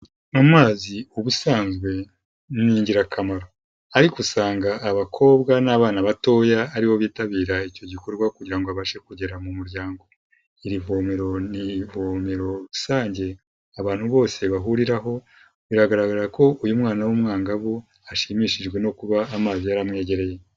Amazi ubusanzwe ni ingirakamaro, ariko usanga abakobwa n'abana batoya aribo bitabira icyo gikorwa kugira ngo abashe kugera mu muryango, iri ivomero ni ivomero rusange, abantu bose bahuriraho biragaragara ko uyu mwana w'umwangavu ashimishijwe no kuba amazi yaramwegereye.